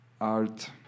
art